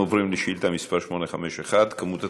אנחנו עוברים לשאילתה מס' 851: מספר